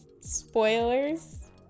spoilers